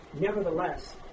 Nevertheless